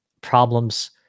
problems